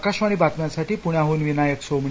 आकाशवाणी बातम्यांसाठी पुण्याहून विनायक सोमणी